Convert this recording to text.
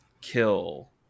kill